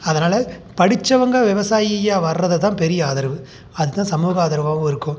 அதனால் படித்தவங்க விவசாயியாக வர்றது தான் பெரிய ஆதரவு அதுதான் சமூக ஆதரவாகவும் இருக்கும்